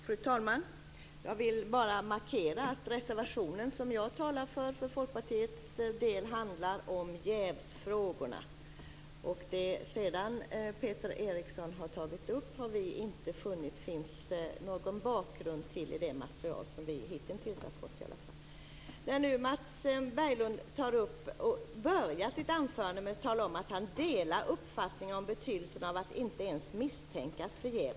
Fru talman! Jag vill bara markera att reservationen som jag talar om för Folkpartiets räkning handlar om jävsfrågorna. Vi har inte funnit att det finns någon bakgrund till det Peter Eriksson tar upp i det material som vi har fått hitintills. Mats Berglind börjar sitt anförande med att tala om att han delar uppfattningen om betydelsen av att inte ens misstänkas för jäv.